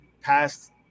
past